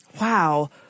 Wow